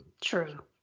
true